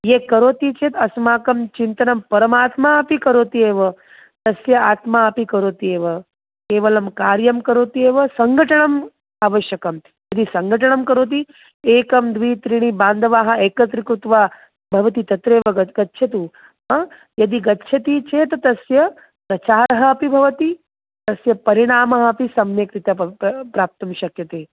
ये करोति चेत् अस्माकं चिन्तनं परमात्मा अपि करोति एव तस्य आत्मा अपि करोति एव केवलं कार्यं करोति एव सङ्घटणम् आवश्यकं यदि सङ्घटणं करोति एकं द्वे त्रीणि बान्धवाः एकत्री कृत्वा भवति तत्रेव गतं गच्छतु यदि गच्छति चेत् तस्य प्रचारः अपि भवति तस्य परिणामः अपि सम्यक् रीत्य प प्र प्राप्तुं शक्यते